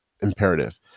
imperative